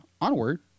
Onward